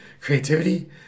creativity